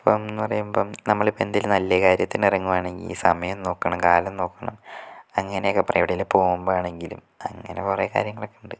ഇപ്പം എന്ന് പറയുമ്പം നമ്മൾ ഇപ്പം എന്തേലും നല്ല കാര്യത്തിന് ഇറങ്ങുവാണെങ്കിൽ സമയം നോക്കണം കാലം നോക്കണം അങ്ങനെയൊക്കെ പറയും എവിടേലും പോവുമ്പം ആണെങ്കിലും അങ്ങനെ കുറെ കാര്യങ്ങളൊക്കെ ഉണ്ട്